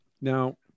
now